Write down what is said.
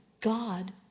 God